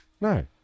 No